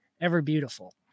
ever-beautiful